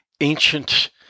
ancient